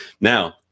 Now